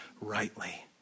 rightly